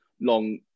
long